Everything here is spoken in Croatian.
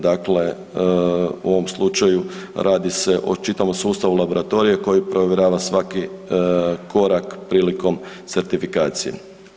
Dakle, u ovom slučaju radi se o čitavom sustavu laboratorija koji provjerava svaki korak prilikom certifikacije.